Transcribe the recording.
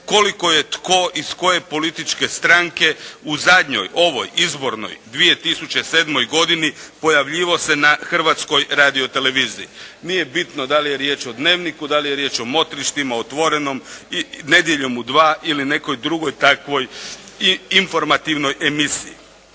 koliko je tko iz koje političke stranke u zadnjoj ovoj izbornoj 2007. godini pojavljivao se na Hrvatskoj radioteleviziji. Nije bitno da li je riječ o "Dnevniku", da li je riječ o "Motrištima", "Otvorenom", "Nedjeljom u 2" ili nekoj drugoj takvoj i informativnoj emisiji.